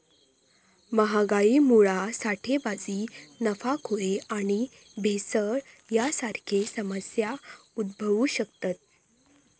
महागाईमुळा साठेबाजी, नफाखोरी आणि भेसळ यांसारखे समस्या उद्भवु शकतत